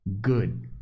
good